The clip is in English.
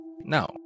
No